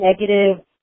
negative